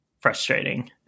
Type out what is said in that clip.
frustrating